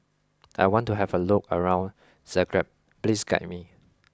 I want to have a look around Zagreb please guide me